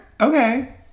Okay